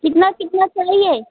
कितना कितना चाहिए